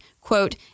quote